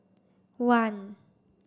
one